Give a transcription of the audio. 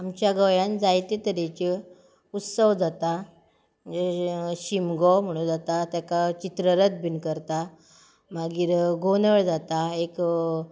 आमच्या गोंयांत जायते तरेचे उत्सव जाता शिमगो म्हुणू जाता तेका चित्र रत बीन करता मागीर गोनळ जाता एक